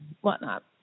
whatnot